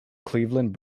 cleveland